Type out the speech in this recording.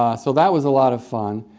ah so that was a lot of fun.